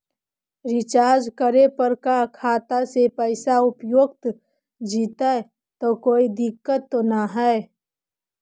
Recharge करे पर का खाता से पैसा उपयुक्त जितै तो कोई दिक्कत तो ना है?